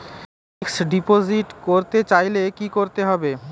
Fixed deposit করতে চাইলে কি করতে হবে?